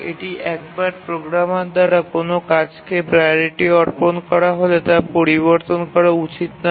এটি একবার প্রোগ্রামার দ্বারা কোনও কাজকে প্রাওরিটি অর্পণ করা হলে তা পরিবর্তন করা উচিত নয়